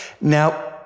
Now